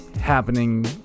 happening